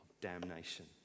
damnation